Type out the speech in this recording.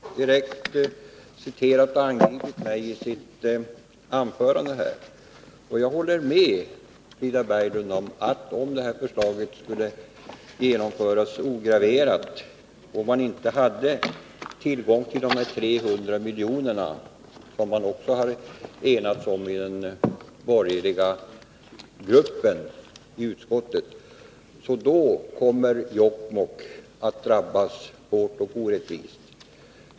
Fru talman! Frida Berglund har direkt citerat och angripit mig i sitt anförande. Jag håller med henne om att Jokkmokks kommun, om detta förslag skulle genomföras ograverat och man inte hade tillgång till de 300 miljonerna — som man också enades omi den borgerliga gruppen i utskottet — skulle drabbas hårt och orättvist.